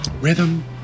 rhythm